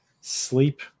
sleep